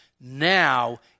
Now